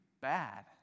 bad